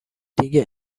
دیگه